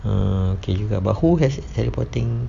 err okay juga but who has teleporting